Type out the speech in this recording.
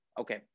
Okay